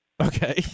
Okay